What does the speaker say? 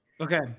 Okay